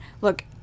look